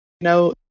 No